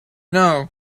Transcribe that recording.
know